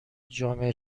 جامعه